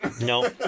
No